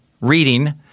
reading